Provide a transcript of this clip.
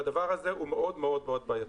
והדבר הזה הוא מאוד מאוד בעייתי.